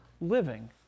living